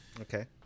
Okay